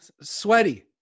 sweaty